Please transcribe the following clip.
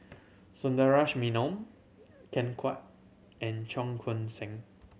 Sundaresh Menon Ken Kwek and Cheong Koon Seng